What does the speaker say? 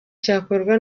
cyakorwa